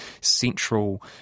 central